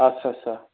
आच्चा आच्चा